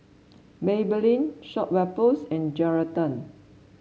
Maybelline Schweppes and Geraldton